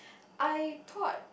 I thought